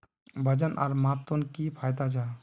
वजन आर मापनोत की फायदा जाहा?